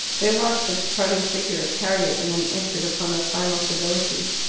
they watched the departing figure of harriet, and then entered upon the final civilities.